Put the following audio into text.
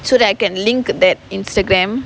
so that I can link that Instagram